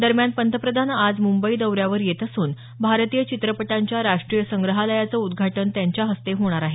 दरम्यान पंतप्रधान आज मुंबई दौऱ्यावर येत असून भारतीय चित्रपटांच्या राष्ट्रीय संग्रहालयाचं उद्घाटन त्यांच्या हस्ते होणार आहे